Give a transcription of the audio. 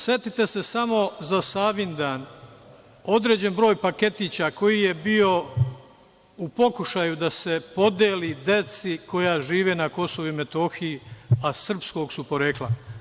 Setite se samo za Savindan, određen broj paketića koji je bio u pokušaju da se podeli deci koja žive na KiM, a srpskog su porekla.